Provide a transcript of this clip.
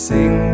Sing